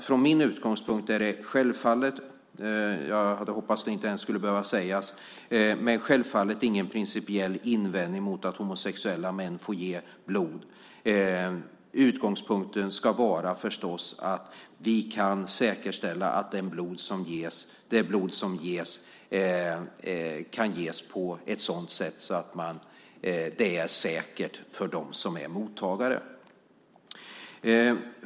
Från min utgångspunkt har jag självklart - jag hade hoppats att det inte ens skulle behöva sägas - ingen principiell invändning mot att homosexuella män får ge blod. Utgångspunkten ska förstås vara att vi kan säkerställa att det blod som ges är säkert för mottagaren.